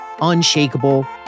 unshakable